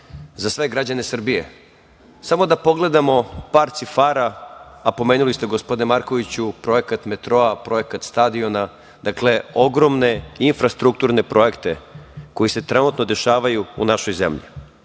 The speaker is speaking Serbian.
za sve građane Srbije, samo da pogledamo par cifara, a pomenuli ste, gospodine Markoviću, projekat metroa, projekat stadiona, dakle, ogromne infrastrukturne projekte koji se trenutno dešavaju u našoj